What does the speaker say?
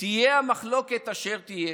תהיה המחלוקת אשר תהיה,